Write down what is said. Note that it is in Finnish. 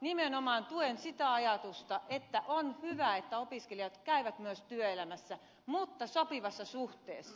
nimenomaan tuen sitä ajatusta että on hyvä että opiskelijat käyvät myös työelämässä mutta sopivassa suhteessa